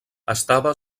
estava